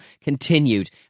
continued